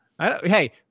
Hey